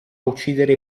uccidere